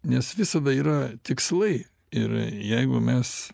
nes visada yra tikslai ir jeigu mes